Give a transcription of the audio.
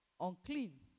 unclean